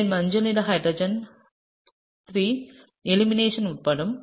எனவே மஞ்சள் நிற ஹைட்ரஜன் 3 எலிமினேஷன் உட்படும்